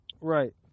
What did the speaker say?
Right